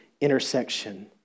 intersection